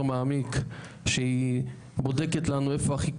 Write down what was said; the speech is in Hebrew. מעמיק שהיא בודקת לנו איפה הכי כדאי?